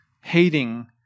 hating